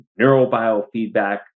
neurobiofeedback